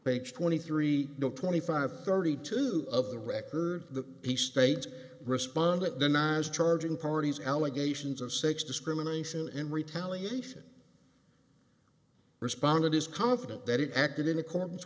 page twenty three twenty five thirty two of the record that he states respond that denies charging parties allegations of sex discrimination in retaliation responded is confident that he acted in accordance